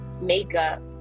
makeup